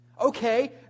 Okay